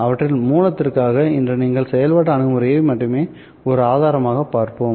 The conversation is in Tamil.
அவற்றில் மூலத்திற்காக இன்று நீங்கள் செயல்பாட்டு அணுகுமுறையை மட்டுமே ஒரு ஆதாரமாக பார்ப்போம்